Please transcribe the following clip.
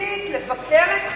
את הזכות הבסיסית לבקר אתכם,